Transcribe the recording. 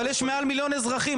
אבל יש מעל מיליון אזרחים.